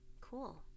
Cool